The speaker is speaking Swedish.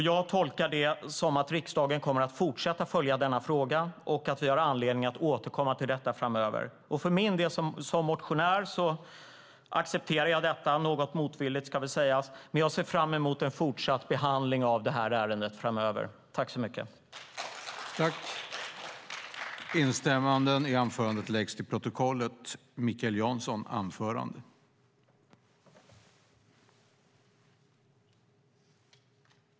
Jag tolkar detta som att riksdagen kommer att fortsätta följa denna fråga och att vi har anledning att återkomma till detta framöver. För min del, som motionär, accepterar jag detta - något motvilligt, ska väl sägas. Jag ser dock fram emot en fortsatt behandling av detta ärende framöver. I detta anförande instämde Roger Haddad och Arhe Hamednaca .